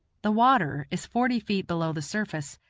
the water is forty feet below the surface,